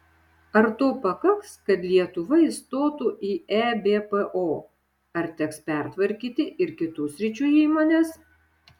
ar to pakaks kad lietuva įstotų į ebpo ar teks pertvarkyti ir kitų sričių įmones